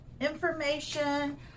information